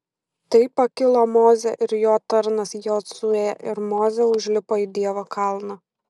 tai pakilo mozė ir jo tarnas jozuė ir mozė užlipo į dievo kalną